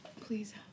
please